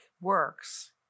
works